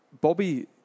Bobby